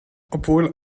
obwohl